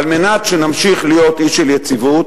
על מנת שנמשיך להיות אי של יציבות,